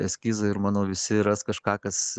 eskizai ir manau visi ras kažką kas